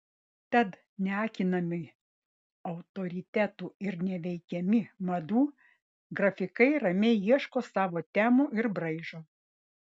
tad neakinami autoritetų ir neveikiami madų grafikai ramiai ieško savo temų ir braižo